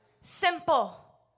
Simple